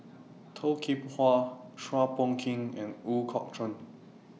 Toh Kim Hwa Chua Phung Kim and Ooi Kok Chuen